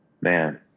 man